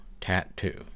tattoo